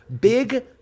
Big